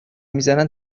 میزنن